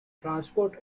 transport